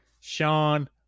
Sean